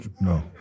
no